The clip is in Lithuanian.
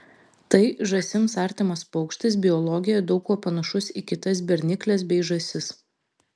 tai žąsims artimas paukštis biologija daug kuo panašus į kitas bernikles bei žąsis